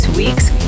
week's